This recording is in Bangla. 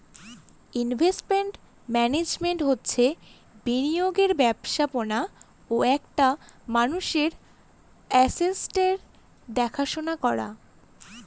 ইনভেস্টমেন্ট মান্যাজমেন্ট হচ্ছে বিনিয়োগের ব্যবস্থাপনা ও একটা মানুষের আসেটসের দেখাশোনা করা